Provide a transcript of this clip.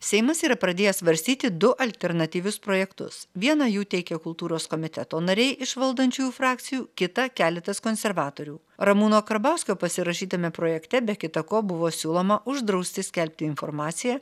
seimas yra pradėjęs svarstyti du alternatyvius projektus vieną jų teikia kultūros komiteto nariai iš valdančiųjų frakcijų kitą keletas konservatorių ramūno karbauskio pasirašytame projekte be kita ko buvo siūloma uždrausti skelbti informaciją